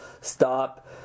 stop